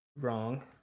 wrong